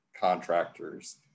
contractors